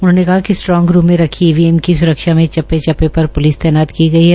उन्होने कहा कि स्ट्रांग रुम में रखी ईवीएम की स्रक्षा में चप्पो चप्पो र ्लिस तैनात की गई है